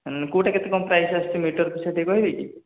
କେଉଁଟା କେତେ କ'ଣ ପ୍ରାଇସ୍ ଆସୁଛି ମିଟର୍ ପିଛା ଟିକିଏ କହିବେ କି